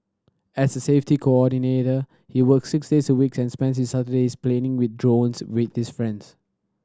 as a safety coordinator he works six days a week and spends his Sundays playing with drones with his friends